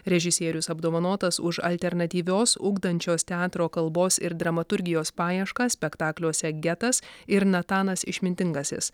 režisierius apdovanotas už alternatyvios ugdančios teatro kalbos ir dramaturgijos paieškas spektakliuose getas ir natanas išmintingasis